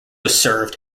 served